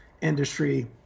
industry